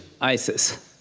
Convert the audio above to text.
ISIS